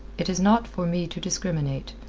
it is not for me to discriminate.